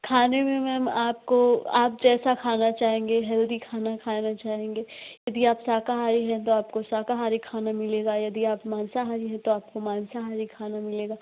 खाने में मैम आपको आप जैसा खाना चाहेंगे हेल्दी खाना खाना चाहेंगे यदि आप शाकाहारी है तो आपको शाकाहारी खाना मिलेगा यदि आप मांसाहारी है तो आपको मांसाहारी खाना मिलेगा